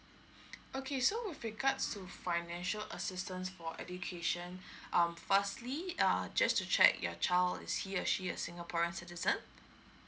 okay so with regards to financial assistance for education um firstly err just to check your child is he or she is singaporean citizen